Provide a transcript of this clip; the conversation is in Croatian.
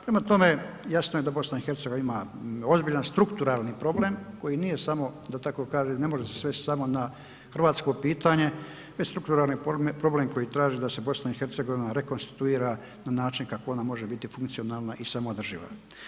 Prema tome, jasno je da BiH ima ozbiljan strukturalni problem koji nije samo da tako kažem, ne može se svesti samo na hrvatsko pitanje već strukturalni problem koji traži da se BiH rekonstruira na način kako ona može biti funkcionalna i samoodrživa.